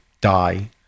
die